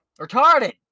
Retarded